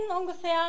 ungefähr